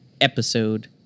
episode